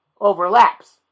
overlaps